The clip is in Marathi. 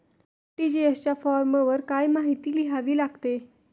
आर.टी.जी.एस च्या फॉर्मवर काय काय माहिती लिहावी लागते?